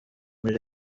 muri